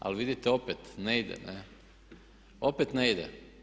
Ali vidite opet ne ide, opet ne ide.